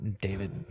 David